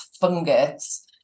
fungus